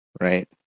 Right